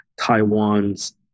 Taiwan's